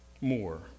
more